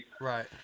right